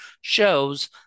shows